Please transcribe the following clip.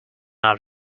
out